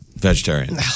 Vegetarian